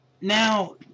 Now